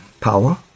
power